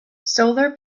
solar